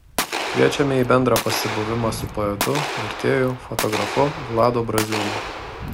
kviečiame į bendrą pasibuvimą su poetu vertėju fotografu vladu braziūnu